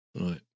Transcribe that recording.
right